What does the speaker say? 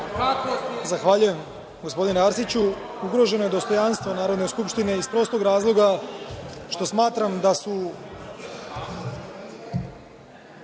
Zahvaljujem, gospodine Arsiću. Ugroženo je dostojanstvo Narodne skupštine iz prostog razloga što smatram da su